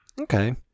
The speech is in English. okay